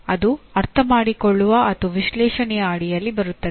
ಅದು ಅರ್ಥಮಾಡಿಕೊಳ್ಳುವ ಅಥವಾ ವಿಶ್ಲೇಷಣೆಯ ಅಡಿಯಲ್ಲಿ ಬರುತ್ತದೆ